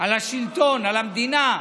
על השלטון, על המדינה,